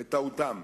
בטעותם.